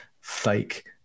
fake